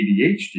ADHD